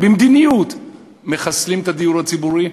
במדיניות מחסלים את הדיור הציבורי,